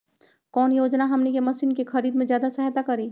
कौन योजना हमनी के मशीन के खरीद में ज्यादा सहायता करी?